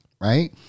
right